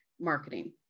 marketing